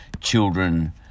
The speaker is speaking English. children